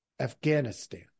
Afghanistan